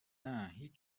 نه، هیچ